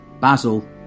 Basil